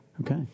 Okay